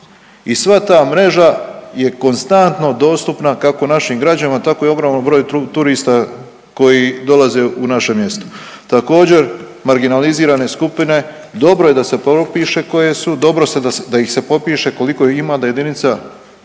i sva ta mreža je konstantno dostupna kako našim građanima tako i ogromnom broju turista koji dolaze u naše mjesto. Također marginalizirane skupine, dobro je da se propiše koje su, dobro se da ih se popiše koliko ih ima,